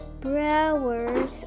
browers